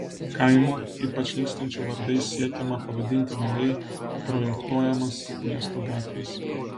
kaimų ypač nykstančių vardais siekiama pavadinti naujai projektuojamas miesto gatves